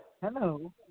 Hello